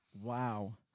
Wow